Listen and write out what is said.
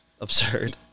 absurd